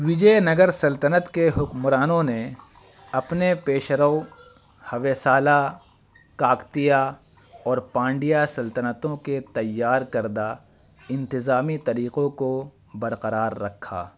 وجے نگر سلطنت کے حکمرانوں نے اپنے پیش رو ہویسالہ کاکتیہ اور پانڈیا سلطنتوں کے تیار کردہ انتظامی طریقوں کو برقرار رکھا